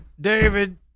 David